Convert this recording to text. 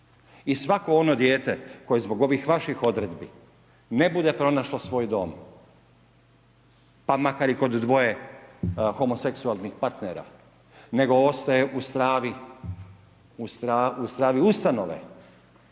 i svako ono dijete koje zbog ovih vaših odredbi ne bude pronašlo svoj dom, pa makar i kod dvoje homoseksualnih partnera, nego ostaje u stravi ustanove,